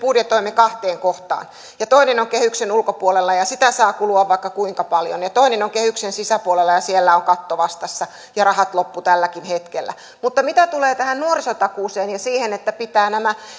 budjetoimme kahteen kohtaan toinen on kehyksen ulkopuolella ja ja sitä saa kulua vaikka kuinka paljon ja toinen on kehyksen sisäpuolella ja siellä on katto vastassa ja rahat loppu tälläkin hetkellä mutta mitä tulee tähän nuorisotakuuseen ja siihen että pitää nämä